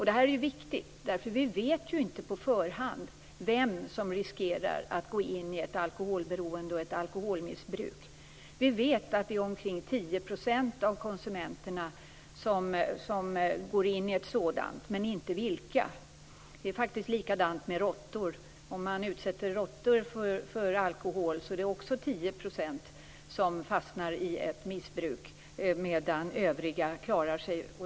Detta är viktigt, därför att vi inte vet på förhand vem som riskerar att gå in i ett alkoholberoende och ett alkoholmissbruk. Vi vet att det är omkring 10 % av konsumenterna som går in i ett sådant, men vi vet inte vilka. Det är faktiskt likadant med råttor. Om man utsätter råttor för alkohol är det också 10 % som fastnar i ett missbruk, medan övriga klarar sig.